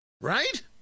Right